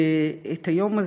את היום הזה,